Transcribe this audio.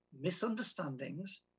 misunderstandings